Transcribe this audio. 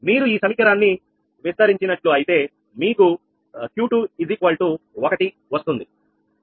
మీరు ఈ సమీకరణాన్ని విస్తరించినట్లు అయితే మీకు Q21 వస్తుంది